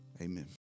Amen